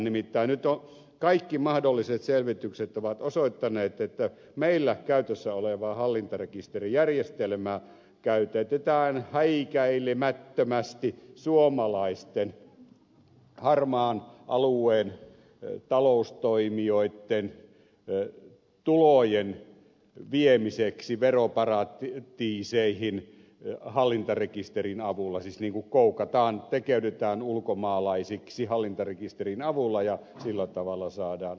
nimittäin nyt kaikki mahdolliset selvitykset ovat osoittaneet että meillä käytössä olevaa hallintarekisterijärjestelmää käytetään häikäilemättömästi suomalaisten harmaan alueen taloustoimijoitten tulojen viemiseksi veroparatiiseihin siis niin kuin koukataan tekeydytään ulkomaalaisiksi hallintarekisterin avulla ja sillä tavalla saadaan ansiotonta hyötyä